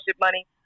money